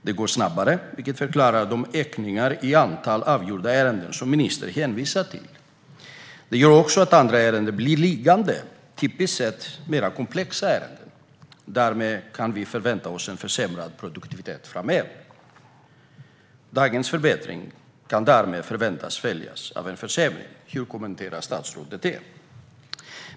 Det går snabbare, vilket förklarar de ökningar i antal avgjorda ärenden som ministern hänvisar till. Det gör också att andra ärenden blir liggande, och det gäller typiskt sett mer komplexa ärenden. Därmed kan vi förvänta oss en försämrad produktivitet framöver. Dagens förbättring kan alltså förväntas sväljas av en försämring. Hur kommenterar statsrådet det?